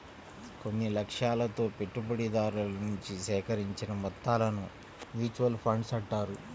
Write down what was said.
కొన్ని లక్ష్యాలతో పెట్టుబడిదారుల నుంచి సేకరించిన మొత్తాలను మ్యూచువల్ ఫండ్స్ అంటారు